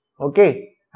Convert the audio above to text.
Okay